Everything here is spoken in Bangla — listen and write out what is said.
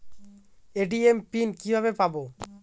এ.টি.এম পিন কিভাবে পাবো?